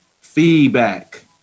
Feedback